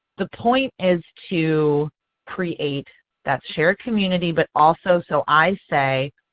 the point is to create that shared community but also so i say,